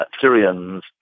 Syrians